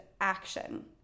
action